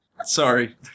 Sorry